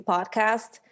Podcast